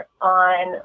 on